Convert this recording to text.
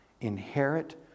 inherit